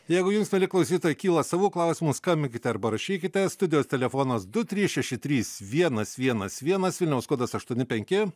jeigu jums mieli klausytojai kyla savų klausimų skambinkite arba rašykite studijos telefonas du trys šeši trys vienas vienas vienas vilniaus kodas aštuoni penki